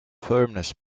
firmness